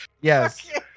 yes